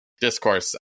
discourse